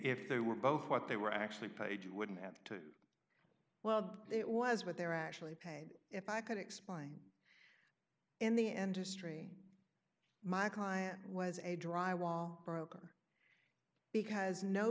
if they were both what they were actually page wouldn't have to well it was but they're actually paid if i could explain in the end history my client was a dry wall broker because no